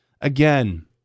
again